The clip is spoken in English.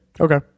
Okay